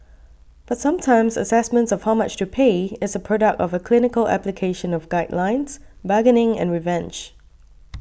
but sometimes assessments of how much to pay is a product of a clinical application of guidelines bargaining and revenge